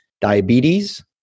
diabetes